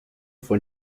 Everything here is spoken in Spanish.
fue